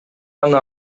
аны